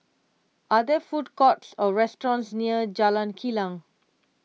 are there food courts or restaurants near Jalan Kilang